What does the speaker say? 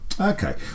Okay